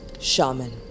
shaman